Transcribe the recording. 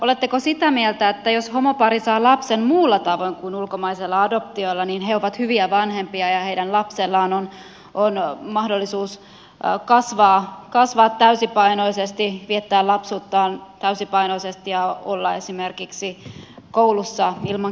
oletteko sitä mieltä että jos homopari saa lapsen muulla tavoin kuin ulkomaisella adoptiolla niin he ovat hyviä vanhempia ja heidän lapsellaan on mahdollisuus kasvaa täysipainoisesti viettää lapsuuttaan täysipainoisesti ja olla esimerkiksi koulussa ilman kiusaamista